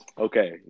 Okay